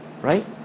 right